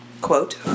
Quote